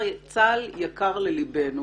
צה"ל יקר ללבנו